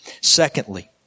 Secondly